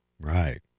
Right